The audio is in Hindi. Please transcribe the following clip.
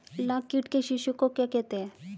लाख कीट के शिशु को क्या कहते हैं?